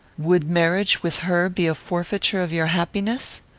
would marriage with her be a forfeiture of your happiness?